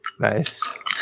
Nice